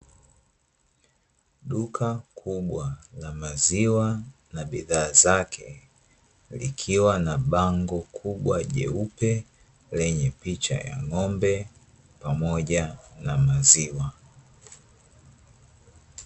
Duka kubwa la maziwa na bidhaa zake, likiwa na bango kubwa jeupe lenye picha ya ng'ombe pamoja na maziwa.